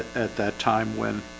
at that time when?